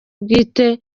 bwite